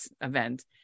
event